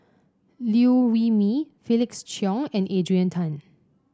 Liew Wee Mee Felix Cheong and Adrian Tan